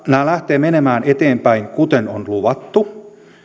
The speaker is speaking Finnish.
nämä lähtevät menemään eteenpäin kuten on luvattu